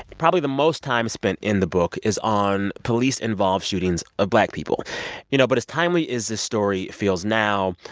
probably the most time spent in the book is on police-involved shootings of black people you know, but as timely as this story feels now,